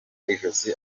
ijosi